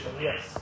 Yes